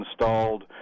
installed